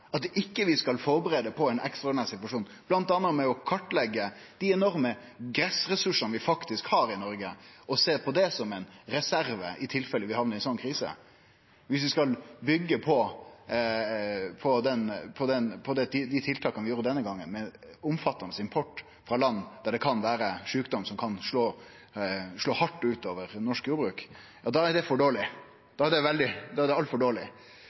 at vi ikkje skal førebu oss på ein ekstraordinær situasjon bl.a. med å kartleggje dei enorme grasressursane vi faktisk har i Noreg, og sjå på det som ein reserve, i tilfelle vi hamnar i ei sånn krise, viss vi skal byggje på dei tiltaka vi gjorde denne gongen, med omfattande import frå land der det kan vere sjukdom som kan gå hardt ut over norsk jordbruk – då er det for dårleg, då er det altfor dårleg. Hoksrud seier at dette vil vere veldig ressurskrevjande – ja, men det